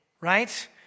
right